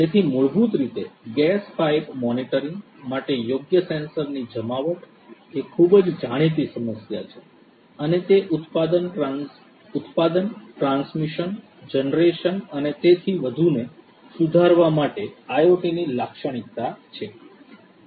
તેથી મૂળભૂત રીતે ગેસ પાઇપ મોનીટરીંગ માટે યોગ્ય સેન્સરની જમાવટ એ ખૂબ જ જાણીતી સમસ્યા છે અને તે ઉત્પાદન ટ્રાન્સમિશન જનરેશન અને તેથી વધુને સુધારવા માટે IoT ની લાક્ષણિકતા છે